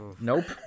nope